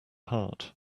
heart